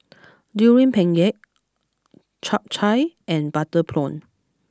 Durian Pengat Chap Chai and Butter Prawn